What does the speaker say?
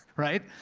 right?